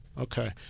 Okay